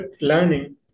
learning